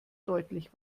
deutlich